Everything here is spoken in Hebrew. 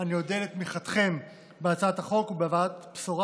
אני אודה לתמיכתכם בהצעת החוק ובהבאת בשורה